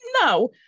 No